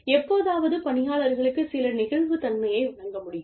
எப்போதாவது பணியாளர்களுக்கு சில நெகிழ்வுத்தன்மையை வழங்க முடியும்